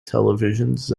televisions